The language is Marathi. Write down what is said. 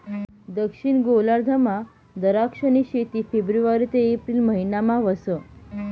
दक्षिण गोलार्धमा दराक्षनी शेती फेब्रुवारी ते एप्रिल महिनामा व्हस